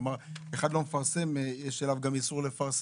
כלומר, אחד לא מפרסם וגם יש עליו איסור לפרסם.